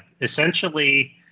essentially